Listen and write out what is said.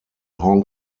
hong